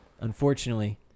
Unfortunately